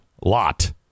lot